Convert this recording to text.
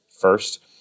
first